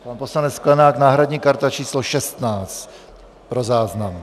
Pan poslanec Sklenák, náhradní karta číslo 16 pro záznam.